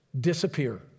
disappear